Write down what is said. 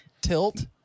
tilt